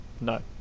no